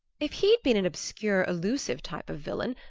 if he'd been an obscure elusive type of villain,